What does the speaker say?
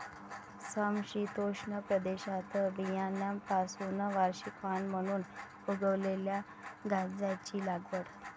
समशीतोष्ण प्रदेशात बियाण्यांपासून वार्षिक वाण म्हणून उगवलेल्या गांजाची लागवड